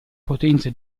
potenza